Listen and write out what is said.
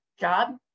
job